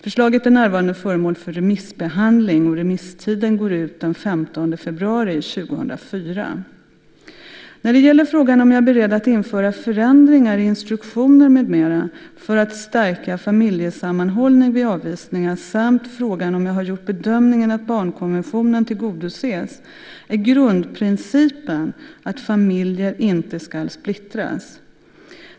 Förslaget är för närvarande föremål för remissbehandling. Remisstiden går ut den 15 februari 2004. När det gäller frågan om jag är beredd att införa förändringar i instruktioner med mera för att stärka familjesammanhållning vid avvisningar samt frågan om jag har gjort bedömningen att barnkonventionen tillgodoses är grundprincipen att familjer inte ska splittras.